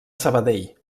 sabadell